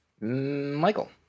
Michael